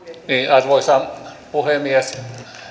arvoisa puhemies